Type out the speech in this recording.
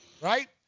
Right